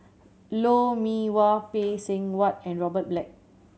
Lou Mee Wah Phay Seng Whatt and Robert Black